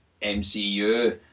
mcu